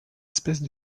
espèce